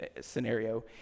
scenario